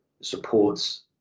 supports